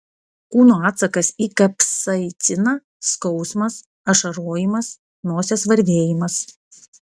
kūno atsakas į kapsaiciną skausmas ašarojimas nosies varvėjimas